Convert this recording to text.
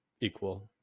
equal